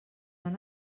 han